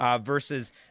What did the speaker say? versus